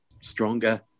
stronger